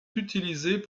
utilisées